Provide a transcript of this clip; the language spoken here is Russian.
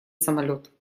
самолёт